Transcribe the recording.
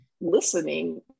listening